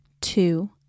two